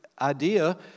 idea